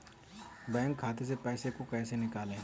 Bank खाते से पैसे को कैसे निकालें?